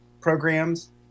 programs